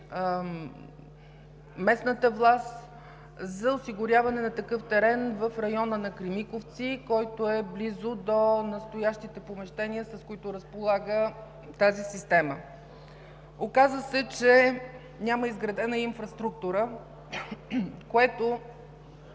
местната власт за осигуряване на такъв терен в района на Кремиковци, който е близо до настоящите помещения, с които разполага тази система. Оказа се, че няма изградена инфраструктура, което,